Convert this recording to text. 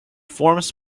forms